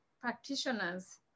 practitioners